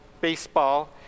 baseball